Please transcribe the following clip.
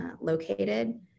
located